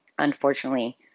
Unfortunately